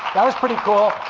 that was pretty cool.